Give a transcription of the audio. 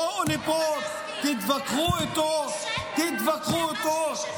להסכים, בואו לפה, תדברו איתו, תתווכחו איתו,